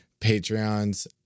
Patreons